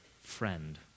friend